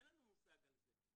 אין לנו מושג על זה.